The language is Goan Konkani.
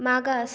मागास